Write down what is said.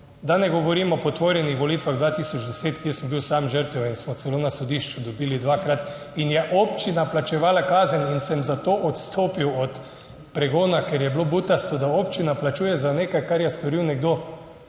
Da ne govorim o potvorjenih volitvah 2010, kjer sem bil sam žrtev in smo celo na sodišču dobili dvakrat in je občina plačevala kazen in sem zato odstopil od pregona, ker je bilo butasto, da občina plačuje za nekaj, kar je storil nekdo